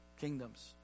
kingdoms